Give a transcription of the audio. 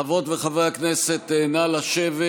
חברות וחברי הכנסת, נא לשבת.